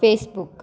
Facebook